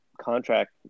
contract